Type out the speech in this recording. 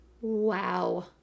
wow